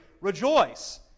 rejoice